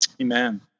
Amen